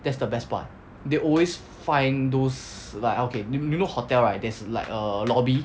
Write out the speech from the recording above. that's the best part they always find those like okay you you know hotel right there's like a lobby